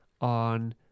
on